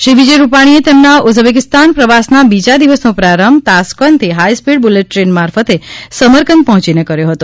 શ્રી વિજયભાઇ રૂપાણીએ તેમના ઉઝબેકિસ્તાન પ્રવાસના બીજા દિવસનો પ્રારંભ તાસ્કંદથી હાઇસ્પીડ બૂલેટ ટ્રેન મારફતે સમરકંદ પહોંચીને કર્યો હતો